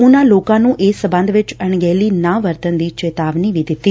ਉਨੂਾ ਲੋਕਾਂ ਨੂੰ ਇਸ ਸਬੰਧ ਵਿੱਚ ਅਣਗਹਿਲੀ ਨਾ ਵਰਤਣ ਦੀ ਚਿਤਾਵਨੀ ਵੀ ਦਿੱਤੀ